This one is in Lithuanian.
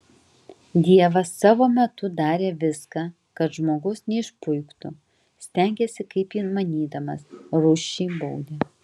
dievas savo metu darė viską kad žmogus neišpuiktų stengėsi kaip įmanydamas rūsčiai baudė